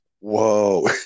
Whoa